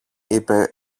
είπε